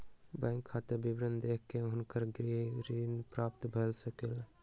bank खाता विवरण देख के हुनका गृह ऋण प्राप्त भ सकलैन